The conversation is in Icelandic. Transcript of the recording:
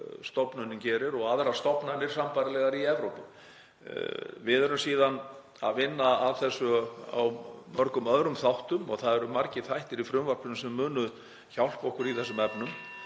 stofnunin gerir og aðrar stofnanir sambærilegar í Evrópu. Við erum síðan að vinna að þessu í mörgum öðrum þáttum og það eru margir þættir í frumvarpinu sem munu hjálpa okkur í þessum efnum.